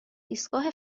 ایستگاه